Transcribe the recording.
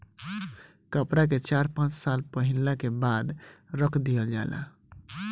कपड़ा के चार पाँच साल पहिनला के बाद रख दिहल जाला